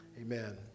Amen